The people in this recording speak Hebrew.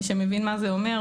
מי שמבין מה זה אומר.